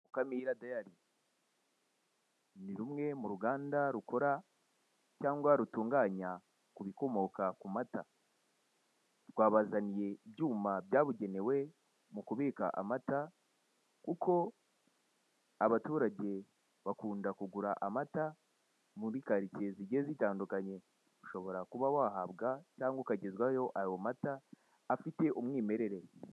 Mukamira dayari ni rumwe mu ruganda rukora cyangwa rutunganya ku bikomoka ku mata, rwabazaniye ibyuma byabugenewe mu kubika amata kuko abaturage bakunda kugura amata muri karitsiye zigiye zitandukanye. Ushobora kuba wahabwa cyangwa ukagezwaho ayo mata afite umwimerere.